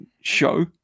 show